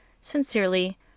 Sincerely